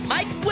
Mike